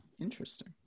Interesting